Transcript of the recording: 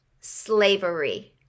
slavery